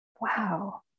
Wow